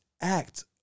act